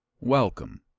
Welcome